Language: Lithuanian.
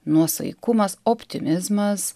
nuosaikumas optimizmas